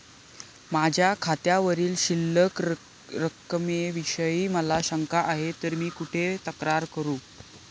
माझ्या खात्यावरील शिल्लक रकमेविषयी मला शंका आहे तर मी कुठे तक्रार करू?